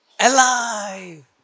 alive